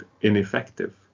ineffective